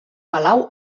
palau